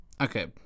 okay